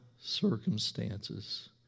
circumstances